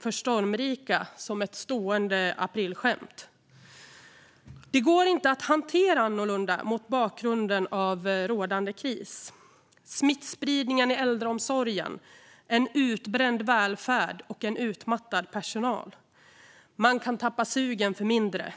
för stormrika som ett stående aprilskämt. Det går inte att hantera detta annorlunda mot bakgrund av rådande kris. Smittspridningen i äldreomsorgen, en utbränd välfärd och en utmattad personal - man kan tappa sugen för mindre.